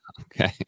okay